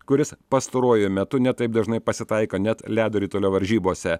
kuris pastaruoju metu ne taip dažnai pasitaiko net ledo ritulio varžybose